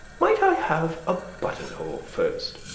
might i have a buttonhole first?